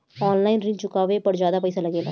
आन line ऋण चुकावे पर ज्यादा पईसा लगेला?